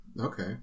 Okay